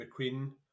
McQueen